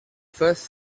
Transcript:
first